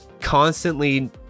constantly